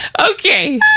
Okay